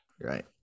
Right